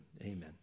Amen